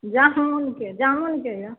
जानुमके जामुनके यऽ